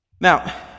Now